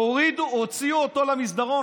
הוציאו אותו למסדרון.